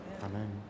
Amen